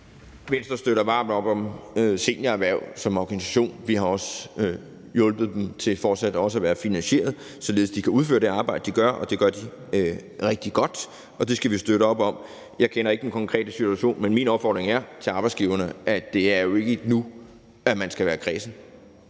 Venstre støtter varmt op om Senior Erhverv som organisation. Vi har også hjulpet dem til en fortsat finansiering, så de kan udføre det arbejde, de gør, som de gør rigtig godt. Det skal vi støtte op om. Jeg kender ikke den konkrete situation, men min opfordring til arbejdsgiverne er, at det ikke er nu, de skal være kræsne.